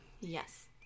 Yes